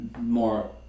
more